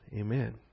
Amen